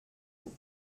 faut